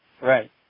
Right